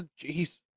Jeez